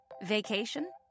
Vacation